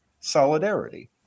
solidarity